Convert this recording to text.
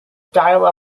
dial